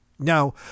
Now